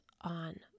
on